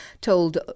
told